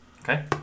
Okay